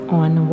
on